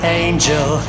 angel